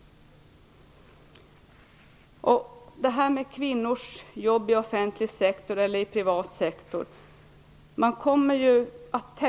Så till detta med kvinnors jobb inom offentlig eller privat sektor.